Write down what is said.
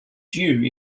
due